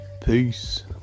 peace